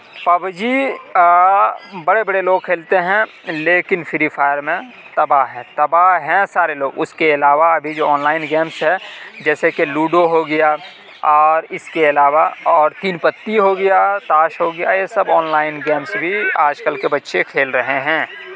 pub جی بڑے بڑے لوگ کھیلتے ہیں لیکن فری فائر میں تباہ ہیں تباہ ہیں سارے لوگ اس کے علاوہ ابھی جو آن لائن گیمس ہے جیسے کہ لوڈو ہو گیا اور اس کے علاوہ اور تین پتی ہو گیا تاش ہو گیا یہ سب آن لائن گیمس بھی آج کل کے بچے کھیل رہے ہیں